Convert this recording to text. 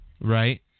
Right